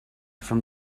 from